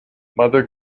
mother